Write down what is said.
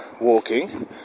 walking